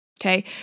Okay